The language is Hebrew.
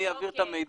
אני אעביר את המידע.